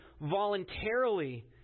voluntarily